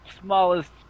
smallest